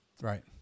Right